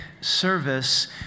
service